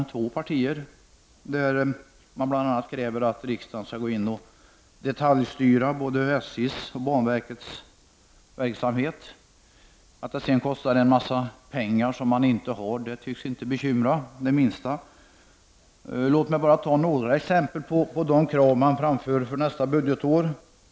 I dessa reservationer krävs det bl.a. att riksdagen skall gå in och detaljstyra både SJs och banverkets verksamhet. Att det sedan kostar en massa pengar som inte finns tycks inte bekymra reservanterna det minsta. Låt mig bara nämna några exempel på de krav som framförs för nästa budgetår.